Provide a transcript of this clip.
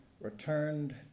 returned